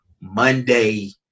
monday